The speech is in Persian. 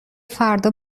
فردا